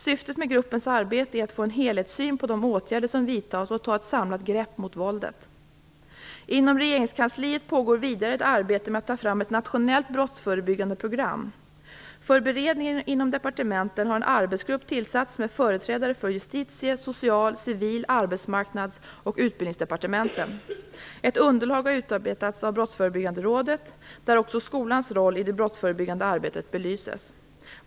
Syftet med gruppens arbete är att få en helhetssyn på de åtgärder som vidtas och att ta ett samlat grepp mot våldet. Inom regeringskansliet pågår vidare ett arbete med att ta fram ett nationellt brottsförebyggande program. För beredningen inom departementen har en arbetsgrupp tillsatts med företrädare för Justitie , Social , Civil , Arbetsmarknads och Utbildningsdepartementen. Ett underlag har utarbetats av Brottsförebyggande rådet, , där också skolans roll i det brottsförebyggande arbetet belyses.